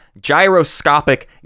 gyroscopic